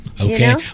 Okay